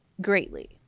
greatly